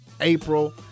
April